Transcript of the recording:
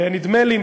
ונדמה לי,